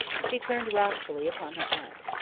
she turned wrathfully upon her aunt.